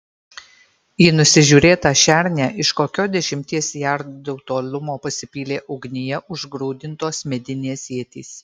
į nusižiūrėtą šernę iš kokio dešimties jardų tolumo pasipylė ugnyje užgrūdintos medinės ietys